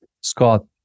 Scott